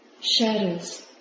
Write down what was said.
shadows